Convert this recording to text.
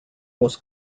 was